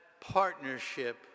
partnership